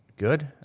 Good